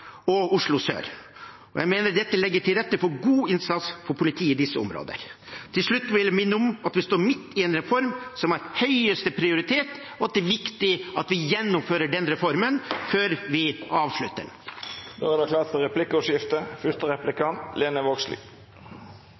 og i Oslo sør. Jeg mener dette legger til rette for god innsats for politiet i disse områdene. Til slutt vil jeg minne om at vi står midt i en reform som har høyeste prioritet, og at det er viktig at vi gjennomfører reformen før vi avslutter den. Det vert replikkordskifte.